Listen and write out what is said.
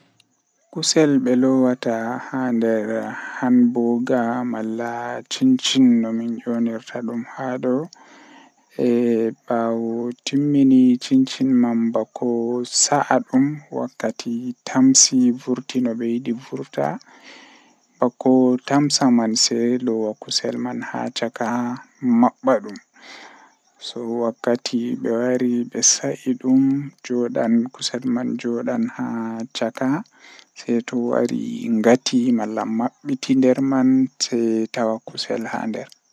Sawra jeimi meedi hebugo kanjum woni haala jei dadiraawo am meedi sawrugo am, O sawri am haala jogugo amana dow to goddo hokki am amana taami nyama amana goddo mi hakkila be amana bo masin.